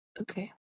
Okay